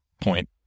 point